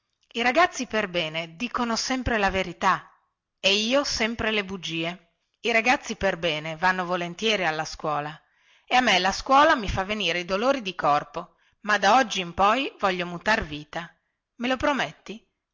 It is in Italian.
i ragazzi perbene dicono sempre la verità e io sempre le bugie i ragazzi perbene vanno volentieri alla scuola e a me la scuola mi fa venire i dolori di corpo ma da oggi in poi voglio mutar vita me lo prometti